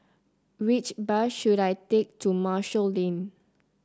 which bus should I take to Marshall Lane